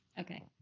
Okay